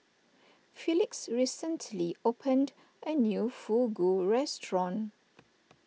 Felix recently opened a new Fugu restaurant